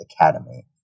academy